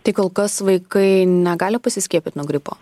tai kol kas vaikai negali pasiskiepyt nuo gripo